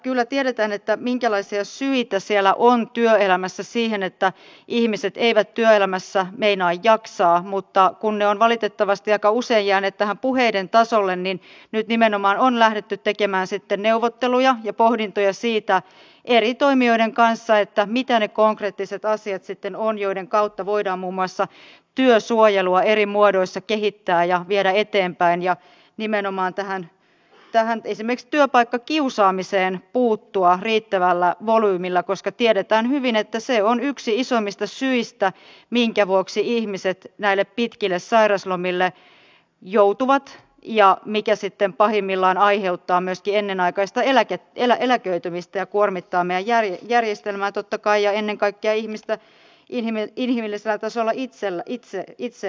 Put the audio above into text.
kyllä tiedetään minkälaisia syitä siellä työelämässä on siihen että ihmiset eivät työelämässä meinaa jaksaa mutta kun ne ovat valitettavasti aika usein jääneet puheiden tasolle niin nyt nimenomaan on lähdetty tekemään sitten neuvotteluja ja pohdintoja eri toimijoiden kanssa siitä mitä sitten ovat ne konkreettiset asiat joiden kautta voidaan muun muassa työsuojelua eri muodoissa kehittää ja viedä eteenpäin ja nimenomaan esimerkiksi tähän työpaikkakiusaamiseen puuttua riittävällä volyymilla koska tiedetään hyvin että se on yksi isoimmista syistä minkä vuoksi ihmiset näille pitkille sairauslomille joutuvat ja se sitten pahimmillaan aiheuttaa myöskin ennenaikaista eläköitymistä ja kuormittaa meidän järjestelmää totta kai ja ennen kaikkea inhimillisellä tasolla ihmistä itseään